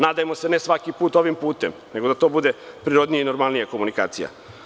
Nadajmo se, ne svaki put ovim putem, nego da to bude prirodnija i normalnija komunikacija.